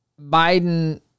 Biden